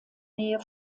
nähe